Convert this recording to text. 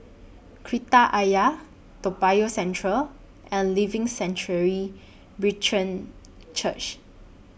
Kreta Ayer Toa Payoh Central and Living Sanctuary Brethren Church